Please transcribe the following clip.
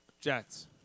Jets